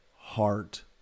heart